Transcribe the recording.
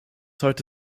heute